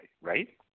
Right